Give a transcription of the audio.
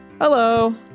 Hello